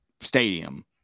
stadium